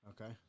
Okay